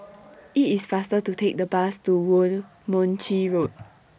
IT IS faster to Take The Bus to Woo Mon Chew Road